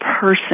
person